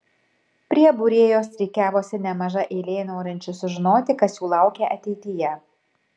prie būrėjos rikiavosi nemaža eilė norinčių sužinoti kas jų laukia ateityje